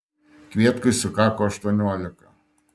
kvietkui sukako aštuoniolika